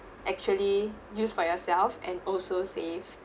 actually use for yourself and also save